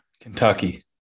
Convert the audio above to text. Kentucky